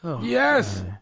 Yes